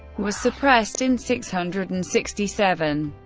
was suppressed in six hundred and sixty seven.